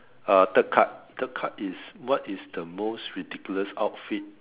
uh third card third card is what is the most ridiculous outfit